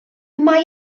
mae